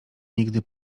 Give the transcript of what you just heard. nigdy